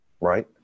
Right